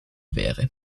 wäre